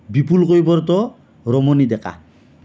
Bipul Kaibarta Ramani Deka